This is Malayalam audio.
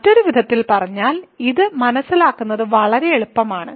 മറ്റൊരു വിധത്തിൽ പറഞ്ഞാൽ ഇത് മനസ്സിലാക്കുന്നത് വളരെ എളുപ്പമാണ്